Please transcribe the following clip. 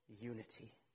unity